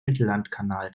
mittellandkanal